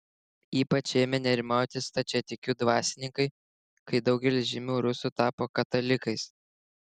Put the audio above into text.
ypač ėmė nerimauti stačiatikių dvasininkai kai daugelis žymių rusų tapo katalikais